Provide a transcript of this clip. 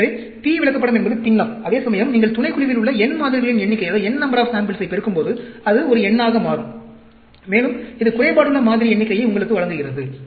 எனவே P விளக்கப்படம் என்பது பின்னம் அதேசமயம் நீங்கள் துணைக்குழுவில் உள்ள n மாதிரிகளின் எண்ணிக்கையை பெருக்கும்போது அது ஒரு எண்ணாக மாறும் மேலும் இது குறைபாடுள்ள மாதிரி எண்ணிக்கையை உங்களுக்கு வழங்குகிறது